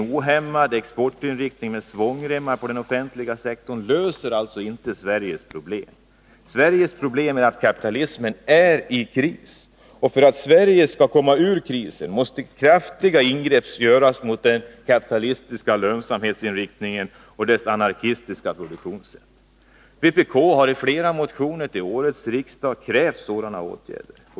En ohämmad exportinriktning med svångremmar på den offentliga sektorn löser inte Sveriges problem. Sveriges problem är att kapitalismen befinner sig i kris. För att Sverige skall kunna komma ur krisen måste kraftiga ingrepp göras mot den kapitalistiska lönsamhetsinriktningen och dess anarkistiska produktionssätt. Vpk har i flera motioner till årets riksmöte krävt sådana åtgärder.